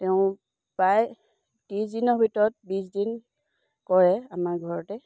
তেওঁ প্ৰায় ত্ৰিছদিনৰ ভিতৰত বিছ দিন কৰে আমাৰ ঘৰতে